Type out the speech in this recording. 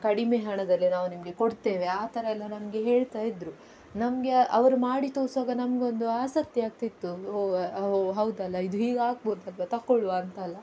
ಕಡಿಮೆ ಹಣದಲ್ಲಿ ನಾವು ನಿಮಗೆ ಕೊಡ್ತೇವೆ ಆ ಥರ ಎಲ್ಲ ನಮಗೆ ಹೇಳ್ತಾಯಿದ್ದರು ನಮಗೆ ಅವರು ಮಾಡಿ ತೋರ್ಸುವಾಗ ನಮಗೊಂದು ಆಸಕ್ತಿಯಾಗ್ತಿತ್ತು ಓ ಓ ಹೌದಲ್ಲ ಇದು ಹೀಗಾಗ್ಬೋದಲ್ಲ ತಗೊಳ್ಳುವ ಅಂತೆಲ್ಲ